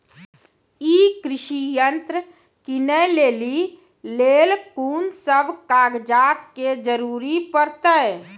ई कृषि यंत्र किनै लेली लेल कून सब कागजात के जरूरी परतै?